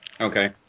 Okay